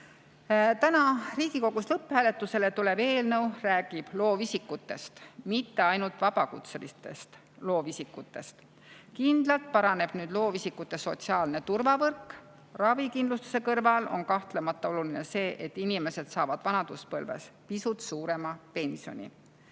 Riigikogus lõpphääletusele tulev eelnõu räägib loovisikutest, mitte ainult vabakutselistest loovisikutest. Kindlalt paraneb nüüd loovisikute sotsiaalne turvavõrk. Ravikindlustuse kõrval on kahtlemata oluline see, et inimesed saavad vanaduspõlves pisut suuremat pensioni.